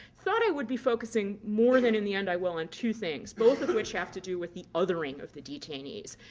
thought i would be focusing more than in the end, i will on two things, both of which have to do with the othering of the detainees,